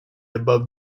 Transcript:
above